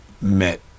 met